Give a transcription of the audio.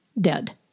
dead